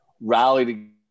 rallied